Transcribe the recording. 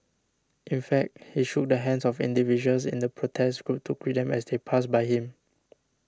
in fact he shook the hands of individuals in the protest group to greet them as they passed by him